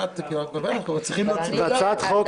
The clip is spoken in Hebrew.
הצעת חוק